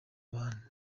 abantu